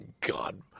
God